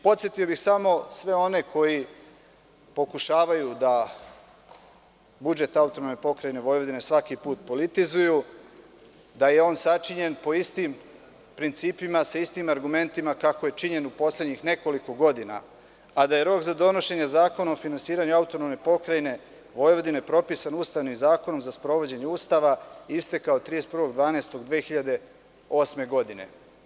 Podsetio bih samo sve oni koji pokušavaju da budžet AP Vojvodine svaki put politizuju, da je on sačinjen po istim principima, sa istim argumentima kako je činjeno u poslednjih nekoliko godina, a da je rok za donošenje zakona o finansiranju AP Vojvodine propisan ustavnim zakonom za sprovođenje Ustava istekao 31.12.2008. godine.